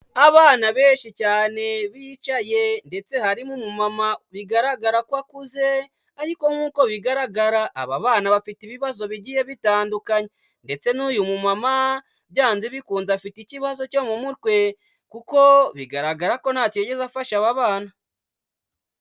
Abana benshi cyane bicaye ndetse harimo umumama bigaragara ko akuze ariko nk'uko bigaragara aba bana bafite ibibazo bigiye bitandukanye ndetse n'uyu mumama byanze bikunze afite ikibazo cyo mu mutwe kuko bigaragara ko ntacyo yigeze afasha aba bana.